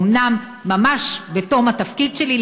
אומנם ממש בתום התפקיד שלי,